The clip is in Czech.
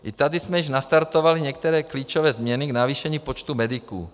I tady jsme již nastartovali některé klíčové změny v navýšení počtu mediků.